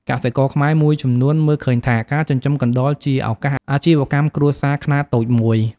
កសិករខ្មែរមួយចំនួនមើលឃើញថា ការចិញ្ចឹមកណ្តុរជាឱកាសអាជីវកម្មគ្រួសារខ្នាតតូចមួយ។